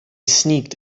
sneaked